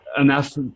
enough